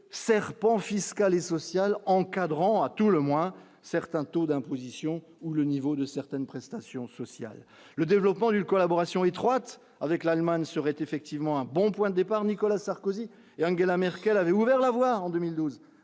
serpent fiscal et social encadrant à tout le moins, certains taux d'imposition ou le niveau de certaines prestations sociales, le développement d'une collaboration étroite avec l'Allemagne serait effectivement un bon point départ Nicolas Sarkozy et Angela Merkel avait ouvert la voie en 2012